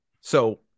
So-